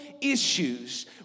issues